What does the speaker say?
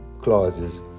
clauses